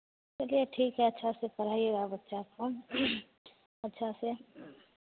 चलिए ठीक है अच्छा से पढ़ाईएगा बच्चा को अच्छा से